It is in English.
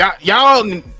y'all